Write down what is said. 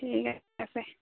ঠিক আছে আছে